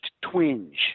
twinge